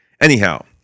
Anyhow